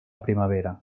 primavera